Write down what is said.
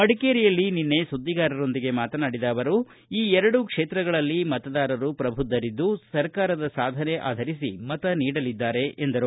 ಮಡಿಕೇರಿಯಲ್ಲಿ ನಿನ್ನೆ ಸುದ್ದಿಗಾರರೊಂದಿಗೆ ಮಾತನಾಡಿದ ಅವರು ಈ ಎರಡೂ ಕ್ಷೇತ್ರಗಳಲ್ಲಿ ಮತದಾರರು ಪ್ರಬುದ್ದರಿದ್ದು ಸರ್ಕಾರದ ಸಾಧನೆ ಆಧರಿಸಿ ಮತ ನೀಡಲಿದ್ದಾರೆ ಎಂದರು